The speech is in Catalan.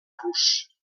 rus